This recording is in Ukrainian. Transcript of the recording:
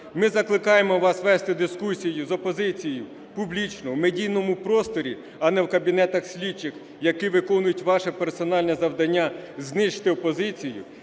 Ми закликаємо вас вести дискусію з опозицією публічно в медійному просторі, а не в кабінетах слідчих, які виконують ваше персональне завдання – знищити опозицію